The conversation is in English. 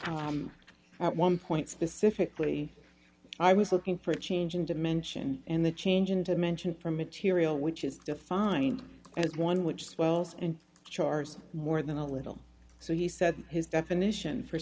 am at one point specifically i was looking for a change in dimension in the change in dimension from material which is defined as one which swells and char there's more than a little so he said his definition for